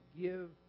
give